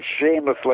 shamelessly